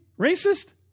racist